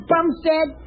Bumstead